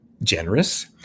Generous